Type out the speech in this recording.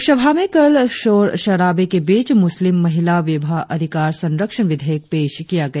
लोकसभा में कल शोर शराबे के बीच मुस्लिम महिला विवाह अधिकार संरक्षण विधेयक पेश किया गया